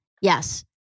Yes